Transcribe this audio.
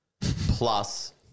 plus